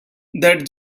that